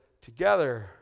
together